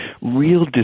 real